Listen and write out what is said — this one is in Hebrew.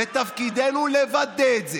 ותפקידנו לוודא את זה.